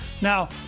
Now